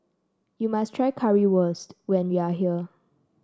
you must try Currywurst when you are here